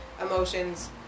emotions